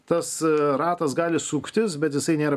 tas ratas gali suktis bet jisai nėra